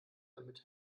damit